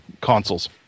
consoles